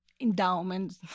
endowments